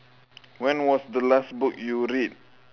when was the last book you read